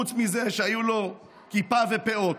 חוץ מזה שהיו לו כיפה ופאות?